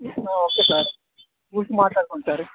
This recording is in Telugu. ఓకే సార్ చూసి మాట్లాడుకుందాం